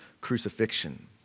crucifixion